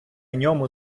ньому